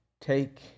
take